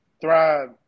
thrive